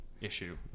issue